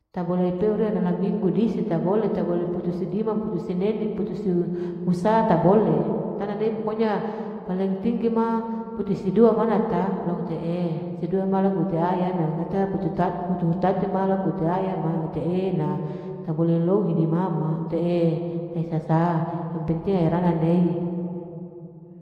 Tabole ipeu riyanala minggu hise tabole, tabole putus hi dima, putus senen'i putushu husa tabole, tana nei pokonya paling tinggi ma putusi dua manata, lauhete'e sidua ma laku ite ayana, mangata, hututa, hutuhuta, ma laku ite aya'a ma e'ena, tabole lohodi mama ite'e tahisasa yang penting airana nehi